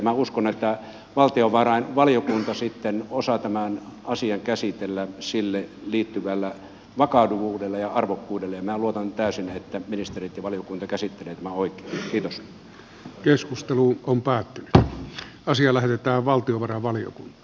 minä uskon että valtiovarainvaliokunta sitten osaa tämän asian käsitellä siihen liittyvällä vakavuudella ja arvokkuudella ja minä luotan täysin että ministerit ja valiokunta käsittelevät tämän oikein